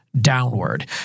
downward